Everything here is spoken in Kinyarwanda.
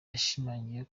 yashimangiye